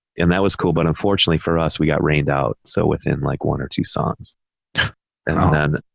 and that was cool, but unfortunately for us, we got rained out. so within like one or two songs and um then,